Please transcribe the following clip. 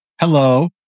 Hello